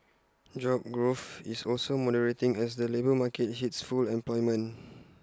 job growth is also moderating as the labour market hits full employment